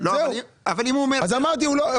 אם הוא היה אומר כן?